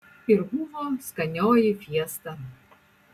ir buvo skanioji fiesta